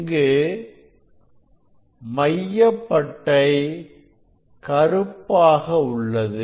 இங்கு மைய பட்டை கருப்பாக உள்ளது